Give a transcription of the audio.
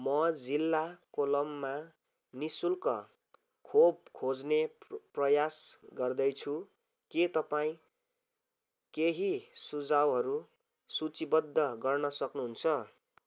म जिल्ला कोल्लममा नि शुल्क खोप खोज्ने प्रयास गर्दैछु के तपाईँँ केही सुझाउहरू सूचीबद्ध गर्न सक्नुहुन्छ